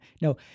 No